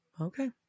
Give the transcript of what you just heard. Okay